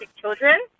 children